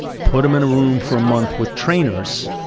put them in a room for a month with trainers.